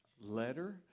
letter